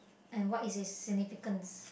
and what is its significance